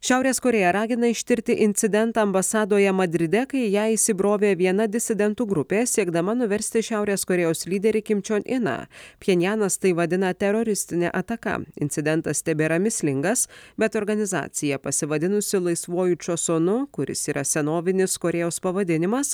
šiaurės korėja ragina ištirti incidentą ambasadoje madride kai į ją įsibrovė viena disidentų grupė siekdama nuversti šiaurės korėjos lyderį kim čion iną pchenjanas tai vadina teroristine ataka incidentas tebėra mįslingas bet organizacija pasivadinusi laisvuoju čosonu kuris yra senovinis korėjos pavadinimas